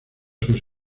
sus